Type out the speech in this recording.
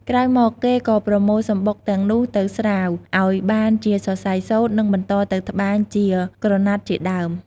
ក្រោយមកគេក៏ប្រមូលសំបុកទាំងនោះទៅស្រាវ ឱ្យបានជាសរសៃសូត្រ និងបន្តទៅត្បាញជាក្រណាត់ជាដើម។